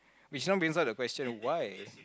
which now brings up the question why